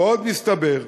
ועוד מסתבר,